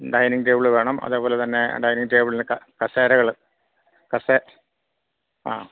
dining table വേണം അതേപോലെത്തന്നെ dining ടേബിൾന് കസേരകൾ കസേ ആ